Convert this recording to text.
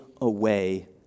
away